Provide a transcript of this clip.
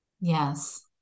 Yes